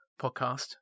podcast